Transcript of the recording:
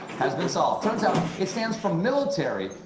has been solved. turns out, it stands for military,